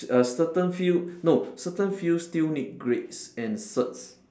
err certain field no certain field still need grades and certs